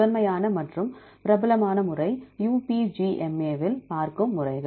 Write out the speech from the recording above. முதன்மையான மற்றும் பிரபலமான முறை UPGMA இல் பார்க்கும் முறைகள்